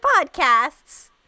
podcasts